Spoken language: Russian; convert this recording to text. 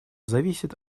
зависит